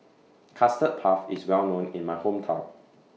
Custard Puff IS Well known in My Hometown